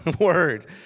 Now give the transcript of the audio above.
word